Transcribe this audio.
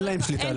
אין להם שליטה.